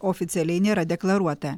oficialiai nėra deklaruota